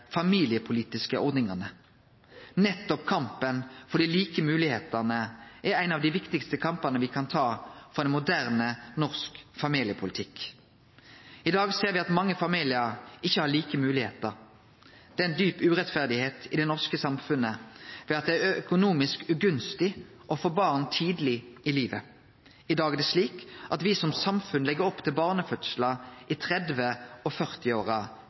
familiepolitiske ordningane. Nettopp kampen for dei like moglegheitene er ein av dei viktigaste kampane me kan ta for ein moderne norsk familiepolitikk. I dag ser me at mange familiar ikkje har like moglegheiter. Det er ei djup urettferd i det norske samfunnet ved at det er økonomisk ugunstig å få barn tidleg i livet. I dag er det slik at me som samfunn legg opp til barnefødslar i 30- og